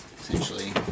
essentially